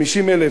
50,000,